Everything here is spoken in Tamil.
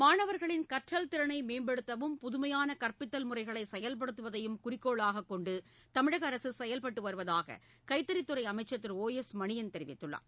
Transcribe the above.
மாணவர்களின் கற்றல் திறனை மேம்படுத்தவும் புதுமையான கற்பித்தல் முறைகளை செயல்படுத்துவதையும் குறிக்கோளாகக் கொண்டு தமிழக அரசு செயல்பட்டு வருவதாக கைத்தறித்துறை அமைச்சர் திரு ஒ எஸ் மணியன் தெரிவித்துள்ளார்